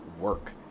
work